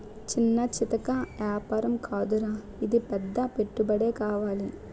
చిన్నా చితకా ఏపారం కాదురా ఇది పెద్ద పెట్టుబడే కావాలి